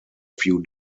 few